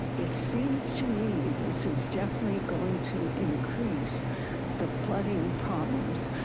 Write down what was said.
it seems to me this is definitely going to increase the flooding problems.